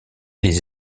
les